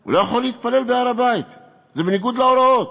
לא יכול להתפלל בהר-הבית, זה בניגוד להוראות.